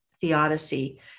theodicy